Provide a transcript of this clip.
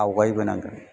आवगायबोनांगोन